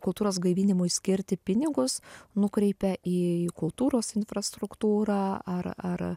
kultūros gaivinimui skirti pinigus nukreipia į kultūros infrastruktūrą ar ar